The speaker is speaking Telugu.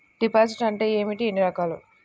డిపాజిట్ అంటే ఏమిటీ ఎన్ని రకాలు?